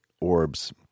orbs